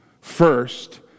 first